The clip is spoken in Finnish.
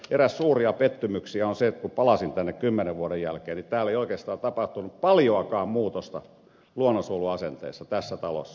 eräs suuria pettymyksiä on se että kun palasin tänne kymmenen vuoden jälkeen niin ei oikeastaan ollut tapahtunut paljoakaan muutosta luonnonsuojeluasenteissa tässä talossa